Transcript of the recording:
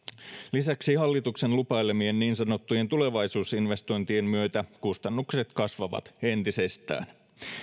lisäksi hallituksen lupailemien niin sanottujen tulevaisuusinvestointien myötä kustannukset kasvavat entisestään